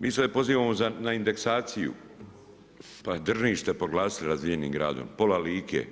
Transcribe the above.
Mi se ne pozivamo za, na indeksaciju, pa Drniš ste proglasili razvijenim gradom, pola Like,